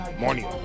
morning